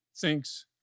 thinks